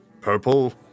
purple